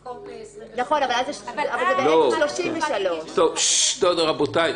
--- נכון, אבל זה בעצם 33. שקט, רבותיי,